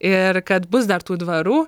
ir kad bus dar tų dvarų